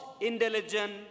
intelligent